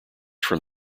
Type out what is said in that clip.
from